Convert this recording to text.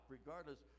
regardless